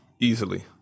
easily